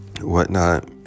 whatnot